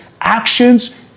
actions